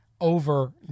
over